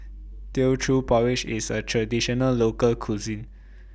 Teochew Porridge IS A Traditional Local Cuisine